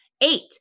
Eight